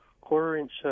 quarter-inch